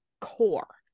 core